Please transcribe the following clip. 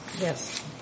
Yes